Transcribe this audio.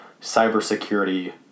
cybersecurity